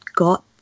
got